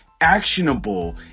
actionable